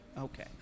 Okay